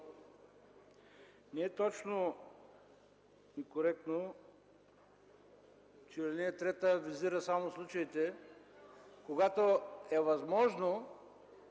не е точно и коректно, че ал. 3 визира само случаите, когато е възможно